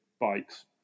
bikes